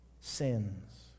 sins